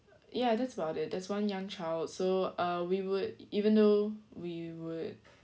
ya that's about it there's one young child so uh we would even though we would